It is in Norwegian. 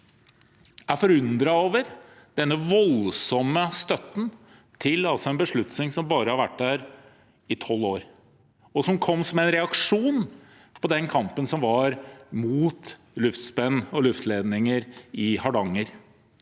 er forundret over denne voldsomme støtten til en beslutning som bare har vært der i tolv år, og som kom som en reaksjon på kampen som var mot luftspenn og luftledninger i Hardanger.